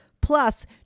plus